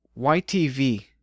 YTV